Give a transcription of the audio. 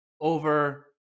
over